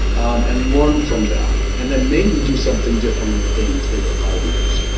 and learn from them, and then maybe do something different like in three to five years.